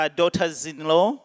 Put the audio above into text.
daughters-in-law